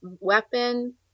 weapon